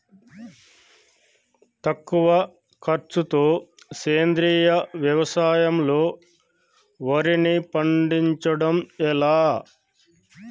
తక్కువ ఖర్చుతో సేంద్రీయ వ్యవసాయంలో వారిని పండించడం ఎలా?